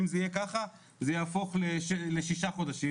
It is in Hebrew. ואם זה יהיה ככה זה יהפוך לשישה חודשים.